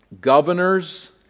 governors